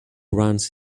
runs